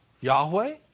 Yahweh